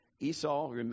Esau